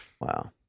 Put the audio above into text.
Wow